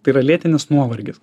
tai yra lėtinis nuovargis